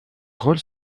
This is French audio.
rôles